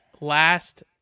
last